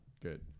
good